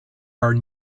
are